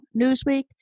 Newsweek